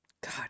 God